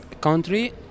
country